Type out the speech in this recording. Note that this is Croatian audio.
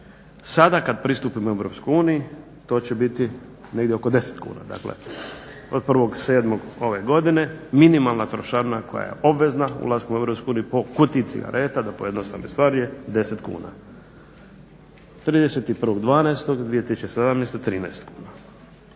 Sada kad pristupimo Europskoj uniji to će biti negdje oko 10 kuna, dakle od 1.7. ove godine minimalna trošarina koja je obvezna ulaskom u Europske uniju po kutiji cigareta da pojednostavim stvar je 10 kuna. 31.12.2017. 13 kuna